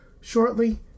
shortly